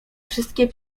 wszystkie